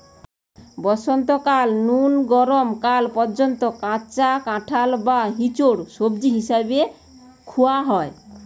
বসন্তকাল নু গরম কাল পর্যন্ত কাঁচা কাঁঠাল বা ইচোড় সবজি হিসাবে খুয়া হয়